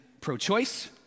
pro-choice